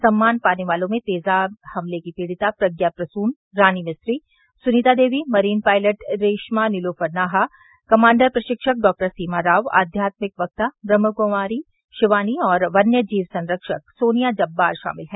सम्मान पाने वालों में तेजाब हमले की पीडिता Pragya Prasoon Rani Mistry Sunita Devi marine pilot Reshma Nilofar Naha commander प्रशिक्षक डॉ सीमा रॉव आध्यात्मिक वक्ता व्रह्म कुमारी शिवानी और वन्य जीव संरक्षक सोनिया जब्बार शामिल हैं